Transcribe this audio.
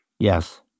Yes